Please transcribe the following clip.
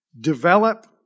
develop